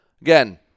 Again